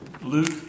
Luke